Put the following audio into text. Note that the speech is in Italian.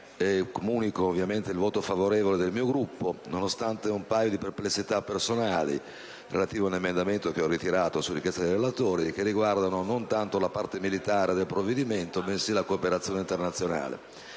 il voto ovviamente favorevole del mio Gruppo, nonostante alcune perplessità personali, relative ad un emendamento che ho ritirato su richiesta dei relatori, che riguardano non tanto la parte militare del provvedimento, quanto la cooperazione internazionale,